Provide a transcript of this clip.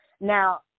now